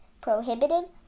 prohibited